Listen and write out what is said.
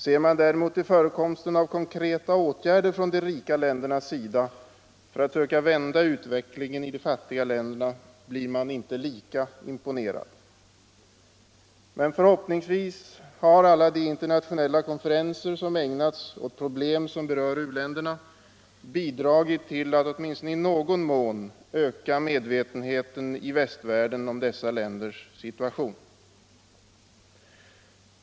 Ser man däremot till förekomsten av konkreta åtgärder från de rika ländernas sida för att söka vända utvecklingen i de fattiga länderna, blir man inte lika imponerad. Men förhoppningsvis har alla de internationella konferenser som ägnats åt problem som berör u-länderna bidragit till att åtminstone i någon mån öka medvetenheten i västvärlden om dessa länders situation.